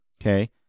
Okay